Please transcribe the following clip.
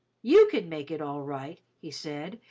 you can make it all right, he said,